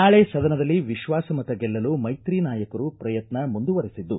ನಾಳೆ ಸದನದಲ್ಲಿ ವಿಶ್ವಾಸಮತ ಗೆಲ್ಲಲು ಮೈತ್ರಿ ನಾಯಕರು ಪ್ರಯತ್ನ ಮುಂದುವರೆಸಿದ್ದು